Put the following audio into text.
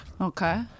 Okay